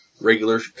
regular